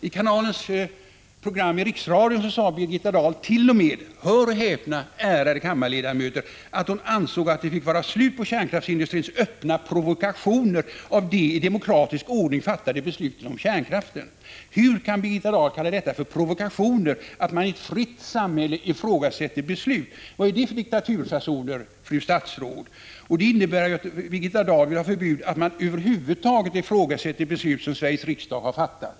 I programmet Kanalen i riksradion sade Birgitta Dahl t.o.m., hör och häpna, ärade kammarledamöter, att hon ansåg att det fick vara slut på kärnkraftsindustrins öppna provokationer mot de i demokratisk ordning fattade besluten om kärnkraften. Hur kan Birgitta Dahl kalla det för provokationer, att man i ett fritt samhälle ifrågasätter beslut? Vad är det för diktaturfasoner, fru statsråd? Det innebär att Birgitta Dahl vill ha förbud mot att man över huvud taget ifrågasätter beslut som Sveriges riksdag har fattat.